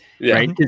right